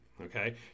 okay